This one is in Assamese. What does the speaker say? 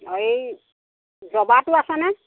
এই জবাটো আছেনে